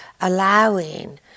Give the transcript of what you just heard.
allowing